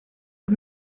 the